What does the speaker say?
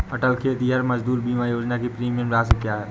अटल खेतिहर मजदूर बीमा योजना की प्रीमियम राशि क्या है?